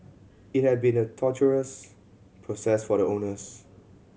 it had been a torturous process for the owners